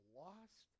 lost